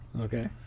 Okay